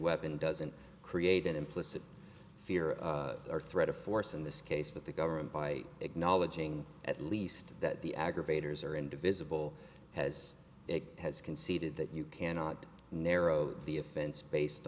weapon doesn't create an implicit fear or threat of force in this case but the government by acknowledging at least that the aggravators or invisible has it has conceded that you cannot narrow the offense based